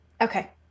okay